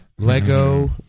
Lego